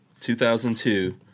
2002